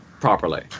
properly